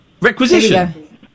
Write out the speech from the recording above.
Requisition